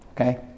Okay